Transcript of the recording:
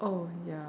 oh ya